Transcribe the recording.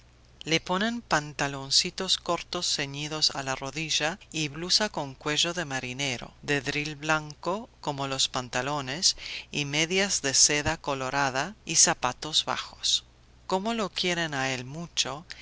le ponen pantaloncitos cortos ceñidos a la rodilla y blusa con cuello de marinero de dril blanco como los pantalones y medias de seda colorada y zapatos bajos como lo quieren a él mucho